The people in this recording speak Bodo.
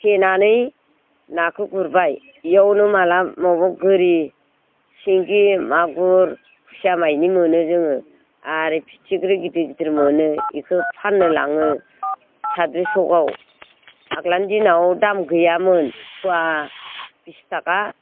थेनानै नाखौ गुरबाय इयावनो माला माबा गोरि सिंगि मागुर खुसिया मायनि मोनो जोङो आरो फिथिख्रि गिदिर गिदिर मोनो इखौ फाननो लाङो साद्रि शगाव आग्लानि दिनाव दाम गैयामोन फुवा बिस थाखा